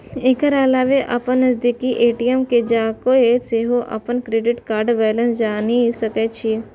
एकर अलावा अपन नजदीकी ए.टी.एम जाके सेहो अपन क्रेडिट कार्डक बैलेंस जानि सकै छी